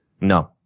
No